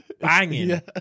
banging